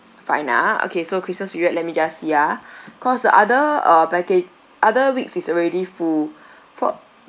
fine ah okay so christmas period let me just see ah cause the other uh packag~ other weeks is already full for